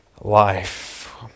life